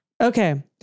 Okay